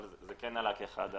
אבל זה כן עלה כאחד הגורמים.